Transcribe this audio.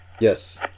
Yes